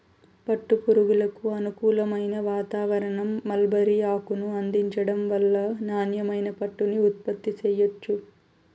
పట్టు పురుగులకు అనుకూలమైన వాతావారణం, మల్బరీ ఆకును అందించటం వల్ల నాణ్యమైన పట్టుని ఉత్పత్తి చెయ్యొచ్చు